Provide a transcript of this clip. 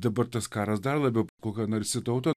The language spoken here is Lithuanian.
dabar tas karas dar labiau kokia narsi tauta